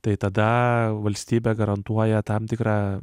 tai tada valstybė garantuoja tam tikra